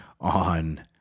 on